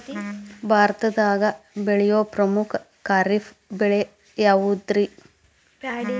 ಭಾರತದಾಗ ಬೆಳೆಯೋ ಪ್ರಮುಖ ಖಾರಿಫ್ ಬೆಳೆ ಯಾವುದ್ರೇ?